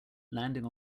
landing